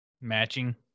matching